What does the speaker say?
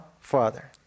Father